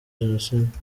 jenoside